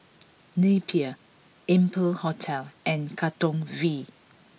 Napier Amber Hotel and Katong V